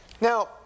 Now